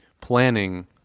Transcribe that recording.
planning